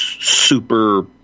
super